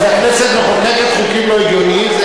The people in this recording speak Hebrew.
אז הכנסת מחוקקת חוקים לא הגיוניים?